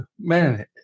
man